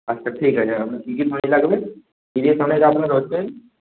আচ্ছা ঠিক আছে আপনার তিরিশ হাঁড়ি লাগবে তিরিশ মানে আপনার হচ্ছে